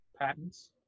Patents